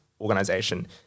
organization